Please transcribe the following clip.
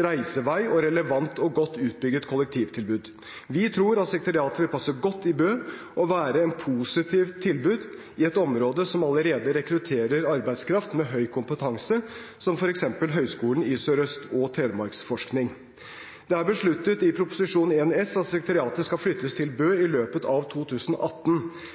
reisevei og relevant og godt utbygd kollektivtilbud. Vi tror sekretariatet vil passe godt i Bø og være et positivt tilbud i et område som allerede rekrutterer arbeidskraft med høy kompetanse, som f.eks. Høgskolen i Sørøst-Norge og Telemarksforskning. Det er besluttet i Prop 1 S at sekretariatet skal flyttes til Bø i løpet av 2018.